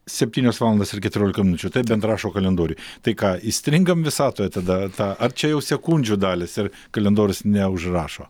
septynios valandos ir keturiolika minučių taip bent rašo kalendoriuj tai ką įstringam visatoje tada tą ar čia jau sekundžių dalys ir kalendorius neužrašo